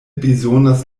bezonas